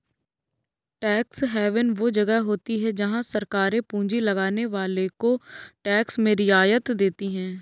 tax haven वो जगह होती हैं जहाँ सरकारे पूँजी लगाने वालो को टैक्स में रियायत देती हैं